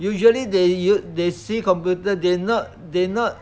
usually they u~ they see computer they not they not